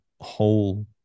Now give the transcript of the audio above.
whole